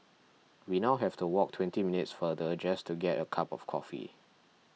we now have to walk twenty minutes farther just to get a cup of coffee